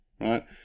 right